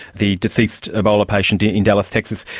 the deceased ebola patient in dallas texas,